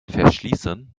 verschließen